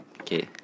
okay